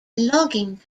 logging